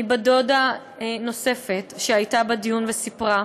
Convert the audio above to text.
מבת-דודה נוספת שהייתה בדיון וסיפרה: